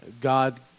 God